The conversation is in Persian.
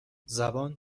زبان